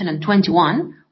2021